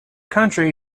country